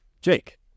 Jake